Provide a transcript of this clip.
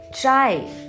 try